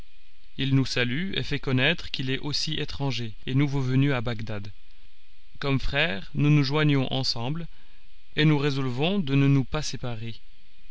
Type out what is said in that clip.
il nous salue et fait connaître qu'il est aussi étranger et nouveau venu à bagdad comme frères nous nous joignons ensemble et nous résolvons de ne nous pas séparer